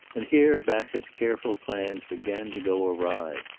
and here bassett's careful plans began to go awry,